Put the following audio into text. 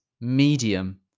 medium